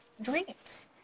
dreams